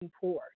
poor